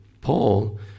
Paul